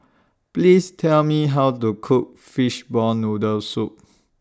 Please Tell Me How to Cook Fishball Noodle Soup